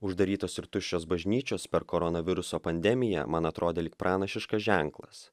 uždarytos ir tuščios bažnyčios per koronaviruso pandemiją man atrodė lyg pranašiškas ženklas